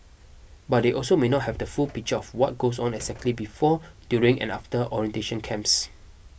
but they also may not have the full picture of what goes on exactly before during and after orientation camps